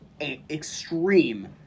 extreme